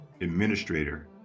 administrator